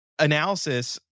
analysis